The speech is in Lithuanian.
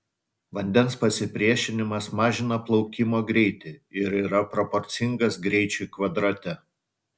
vandens pasipriešinimas mažina plaukimo greitį ir yra proporcingas greičiui kvadrate